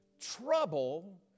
trouble